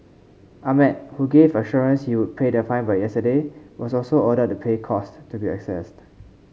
ahmed who gave assurance he would pay the fine by yesterday was also ordered to pay cost to be assessed